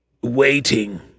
waiting